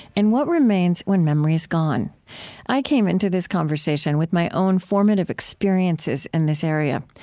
and what remains when memory is gone i came into this conversation with my own formative experiences in this area.